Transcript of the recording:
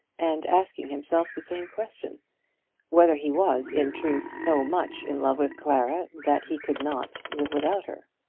and asking himself the same question whether he was in truth so much in love with clara that he could not live without her.